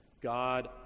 God